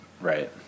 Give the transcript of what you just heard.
right